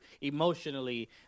emotionally